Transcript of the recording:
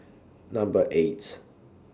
Number eight